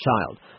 child